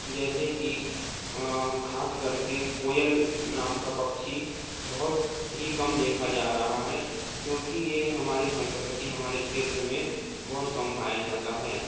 जैसे कि खास कर के कोयल नाम का पक्षी बहुत ही कम देखा जा रहा है क्योंकि यह हमारी संस्कृति हमारे क्षेत्र में बहुत कम पाया जाता है